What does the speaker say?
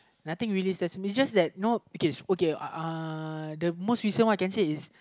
nothing really stresses me it's just that you know okay okay uh the most recent I can see is